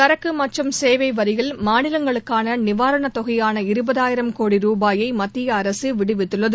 சரக்கு மற்றும் கேவை வரியில் மாநிலங்களுக்கான நிவாரணத் தொகையான இருபதாயிரம் கோடி ரூபாயை மத்திய அரசு விடுவித்துள்ளது